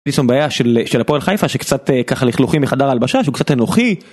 דיסון בעיה של הפועל חיפה שקצת ככה לכלוכים מחדר הלבשה שהוא קצת אנוכי.